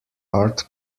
art